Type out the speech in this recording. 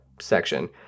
section